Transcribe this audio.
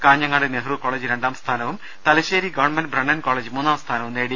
Kanhangad Nehru college രണ്ടാം സ്ഥാനവും Thalassery government Brennen college മൂന്നാം സ്ഥാനവും നേടി